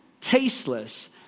tasteless